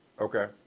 okay